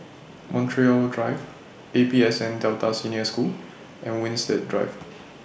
Montreal Drive A P S N Delta Senior School and Winstedt Drive